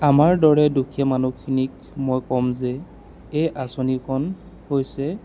আমাৰ দৰে দুখীয়া মানুহখিনিক মই ক'ম যে এই আঁচনিখন হৈছে